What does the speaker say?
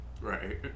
Right